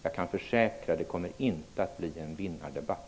Jag försäkrar att det inte blir en vinnardebatt.